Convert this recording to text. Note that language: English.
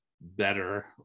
better